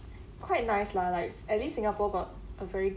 quite nice lah like at least singapore got a very